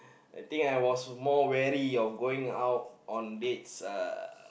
I think I was more wary of going out on dates uh